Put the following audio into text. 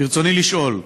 ברצוני לשאול: